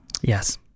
Yes